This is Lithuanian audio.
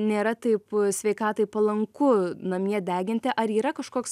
nėra taip sveikatai palanku namie deginti ar yra kažkoks